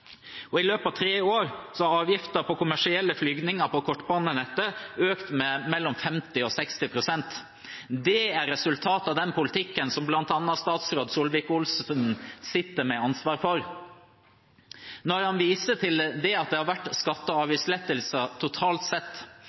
regjeringen. I løpet av tre år har avgiften på kommersielle flygninger på kortbanenettet økt med mellom 50 og 60 pst. Dette er resultatet av den politikken som bl.a. statsråd Solvik-Olsen sitter med ansvaret for. Han viser til at det har vært skatte- og avgiftslettelser totalt sett,